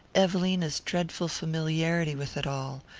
evelina's dreadful familiarity with it all,